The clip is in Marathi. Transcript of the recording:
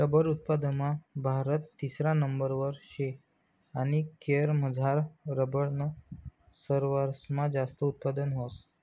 रबर उत्पादनमा भारत तिसरा नंबरवर शे आणि केरयमझार रबरनं सरवासमा जास्त उत्पादन व्हस